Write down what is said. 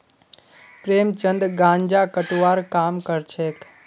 प्रेमचंद गांजा कटवार काम करछेक